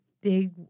big